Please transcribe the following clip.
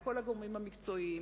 כל הגורמים המקצועיים,